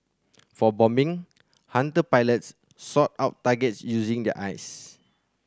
for bombing Hunter pilots sought out targets using their eyes